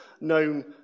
known